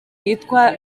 yitwa